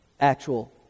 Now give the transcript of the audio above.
actual